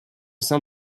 sein